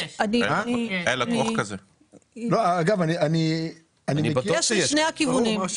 יש לשני הכיוונים.